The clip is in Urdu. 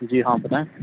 جی ہاں بتائیں